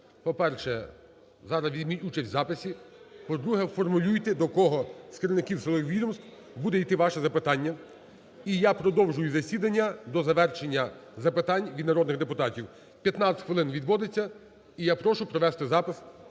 по-перше, зараз візьміть участь в записі, по-друге, формулюйте, до кого з керівників силових відомств буде йти ваше запитання. І я продовжую засідання до завершення запитань від народних депутатів, 15 хвилин відводиться. І я прошу провести запис